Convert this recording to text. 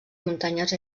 muntanyes